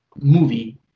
movie